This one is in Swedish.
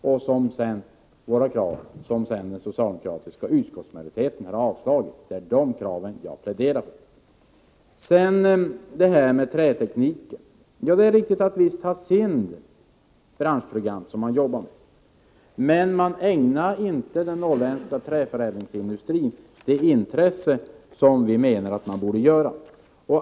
Det är våra krav, som har avstyrkts av den socialdemokratiska utskottsmajoriteten, som jag pläderar för. Vad sedan gäller trätekniken är det riktigt att SIND jobbar med branschprogram, men man ägnar inte den norrländska träförädlingsindustrin det intresse som vi menar att man borde göra.